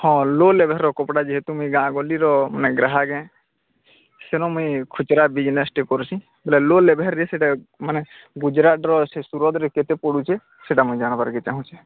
ହଁ ଲୋ ଲେଭଲ୍ର କପଡ଼ା ଯେହେତୁ ମୁଁ ଗାଁ ଗହଳିର ଗ୍ରାହକ ଏ ତେଣୁ ମୁଁ ଖୁଚୁରା ବିଜନେସ୍ଟେ କରୁଛି ପୁରା ଲୋ ଲେଭେଲ୍ର ସେଟା ମାନେ ଗୁଜୁରାଟର ସେ ସୁରଟରେ କେତେ ପଡୁଛି ସେଟା ମୁଁ ଜାଣିବାକୁ ଚାଁହୁଛି